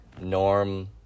Norm